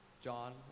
John